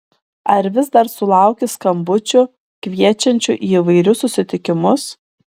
ar vis dar sulauki skambučių kviečiančių į įvairius susitikimus